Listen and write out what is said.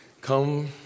come